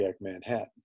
Manhattan